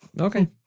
Okay